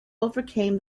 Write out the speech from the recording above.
overcame